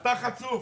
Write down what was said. אתה חצוף,